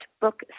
book